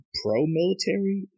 pro-military